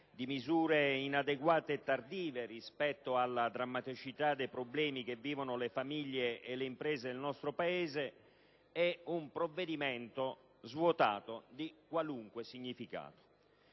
di misure inadeguate e tardive rispetto alla drammaticità dei problemi che vivono le famiglie e le imprese del nostro Paese, è un provvedimento svuotato di qualunque significato.